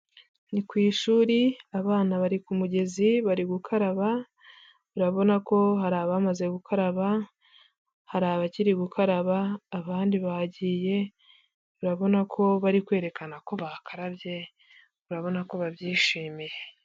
Ni ku ishuri abana bari ku mugezi bari gukaraba, urabona ko hari abamaze gukaraba hari abakiri gukaraba abandi bagiye, urabona ko bari kwerekana ko bakarabye, urabona ko babyishimiye.